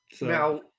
Now